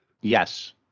Yes